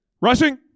rushing